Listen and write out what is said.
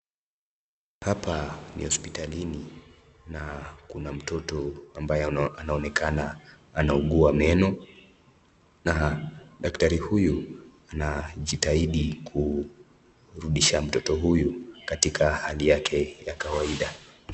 Hapa ni hospitalini na kuna mtoto ambaye anaonekana anaugua meno na daktari huyu anajitahidi kurudisha mtoto huyu katika hali yake ya kawaida.